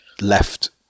Left